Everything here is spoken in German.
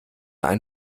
ein